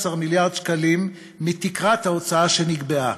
מיליארד שקלים מתקרת ההוצאות שנקבעה.